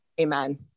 amen